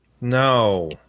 No